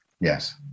yes